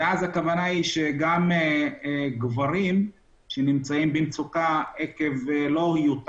אז גם גברים שנמצאים במצוקה לא רק עקב היותם